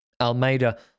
Almeida